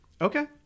Okay